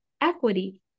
equity